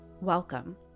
Welcome